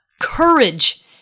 Courage